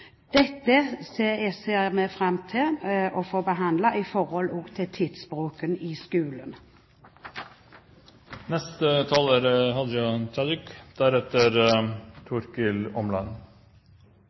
Dette ser vi fram til å få behandlet, også i forhold til tidsbruken i skolen. Jeg er